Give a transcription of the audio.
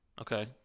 Okay